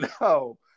no